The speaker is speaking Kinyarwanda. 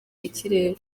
ikirere